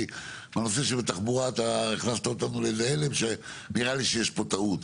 כי בנושא של התחבורה הכנסת אותנו להלם שנראה לי שיש פה טעות,